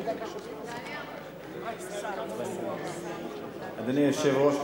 אדוני היושב-ראש,